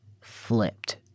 flipped